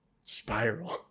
spiral